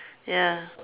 ya